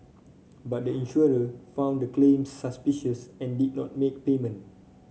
but the insurer found the claims suspicious and did not make payment